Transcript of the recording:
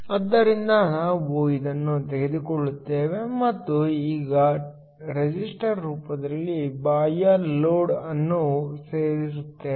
ಆದ್ದರಿಂದ ನಾವು ಇದನ್ನು ತೆಗೆದುಕೊಳ್ಳುತ್ತೇವೆ ಮತ್ತು ಈಗ ರೆಸಿಸ್ಟರ್ ರೂಪದಲ್ಲಿ ಬಾಹ್ಯ ಲೋಡ್ ಅನ್ನು ಸೇರಿಸುತ್ತೇವೆ